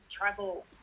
travel